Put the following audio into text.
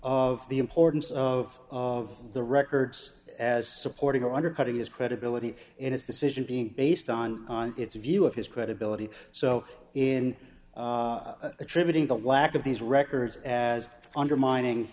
of the importance of of the records as supporting or undercutting his credibility in his decision being based on on its view of his credibility so in attributing the lack of these records as undermining